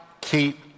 Keep